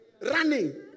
Running